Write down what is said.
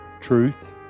truth